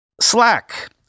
Slack